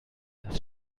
das